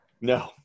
No